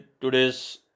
today's